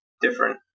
different